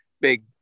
big